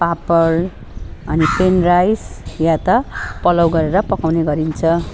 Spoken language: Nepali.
पापड अनि प्लेन राइस या त पुलाउ गरेर पकाउने गरिन्छ